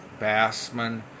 Bassman